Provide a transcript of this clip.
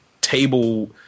table